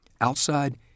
outside